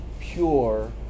pure